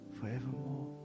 forevermore